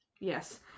Yes